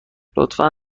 لطفا